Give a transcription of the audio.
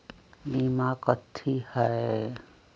बीमा कथी है?